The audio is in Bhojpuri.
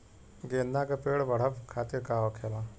गेंदा का पेड़ बढ़अब खातिर का होखेला?